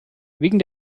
wegen